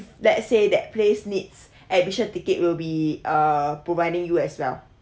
let's say that place needs admission ticket we'll be err providing you as well